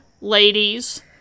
ladies